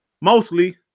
mostly